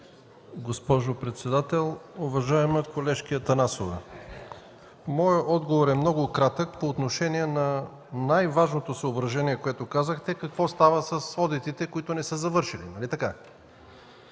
Госпожо председател, уважаема колежке Атанасова! Моят отговор е много кратък по отношение на най-важното съображение, което казахте – какво става с одитите, които не са завършени.